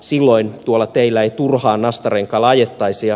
silloin tuolla teillä ei turhaan nastarenkailla ajettaisi